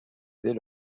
dès